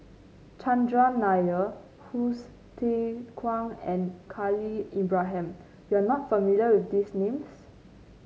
Chandran Nair Hsu Tse Kwang and Khalil Ibrahim you are not familiar with these names